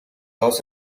los